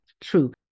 True